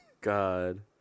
God